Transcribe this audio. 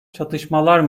çatışmalar